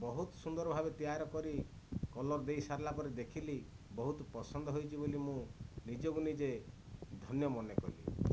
ବହୁତ ସୁନ୍ଦର ଭାବେ ତିଆର କରି କଲର୍ ଦେଇ ସାରିଲା ପରେ ଦେଖିଲି ବହୁତ ପସନ୍ଦ ହୋଇଛି ବୋଲି ମୁଁ ନିଜକୁ ନିଜେ ଧନ୍ୟ ମନେ କଲି